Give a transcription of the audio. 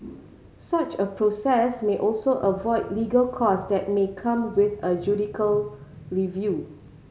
such a process may also avoid legal cost that may come with a judicial review